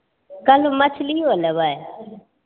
कहलू मछलियो लेबै